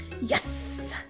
Yes